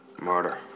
Murder